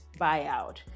buyout